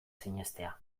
sinestea